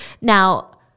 Now